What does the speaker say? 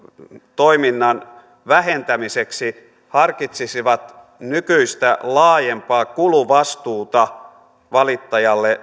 toiminnan vähentämiseksi harkitsisivat nykyistä laajempaa kuluvastuuta valittajalle